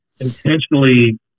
intentionally